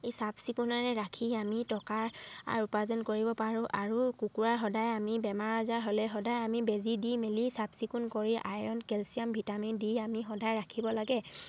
এই চাফ চিকুণেৰে ৰাখি আমি টকাৰ উপাৰ্জন কৰিব পাৰোঁ আৰু কুকুৰা সদায় আমি বেমাৰ আজাৰ হ'লে সদায় আমি বেজী দি মেলি চাফ চিকুণ কৰি আইৰণ কেলছিয়াম ভিটামিন দি আমি সদায় ৰাখিব লাগে